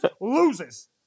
loses